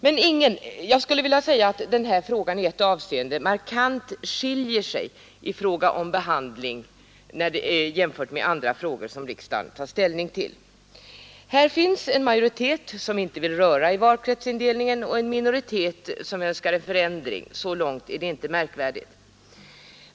Denna fråga skiljer sig i fråga om behandlingen markant från andra frågor som riksdagen tar ställning till. Här finns en majoritet som inte vill röra i valkretsindelningen och en minoritet som önskar förändring. Så långt är det inte märkvärdigt.